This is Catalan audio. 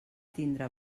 tindre